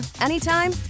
anytime